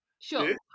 Sure